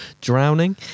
drowning